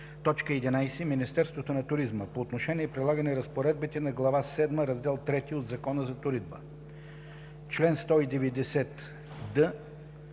11. Министерството на туризма – по отношение прилагане разпоредбите на глава седма, Раздел III от Закона за туризма. Чл. 190д.